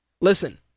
Listen